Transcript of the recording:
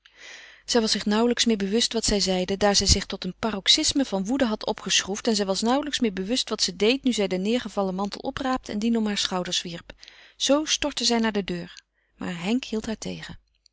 zij was zich nauwelijks meer bewust wat zij zeide daar zij zich tot een paroxysme van woede had opgeschroefd en zij was nauwelijks meer bewust wat ze deed nu zij den neêrgevallen mantel opraapte en dien om haar schouders wierp zoo stortte zij naar de deur maar henk hield